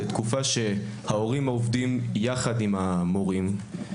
זו תקופה שההורים עובדים יחד עם המורים.